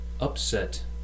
upset